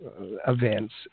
events